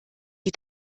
die